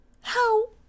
how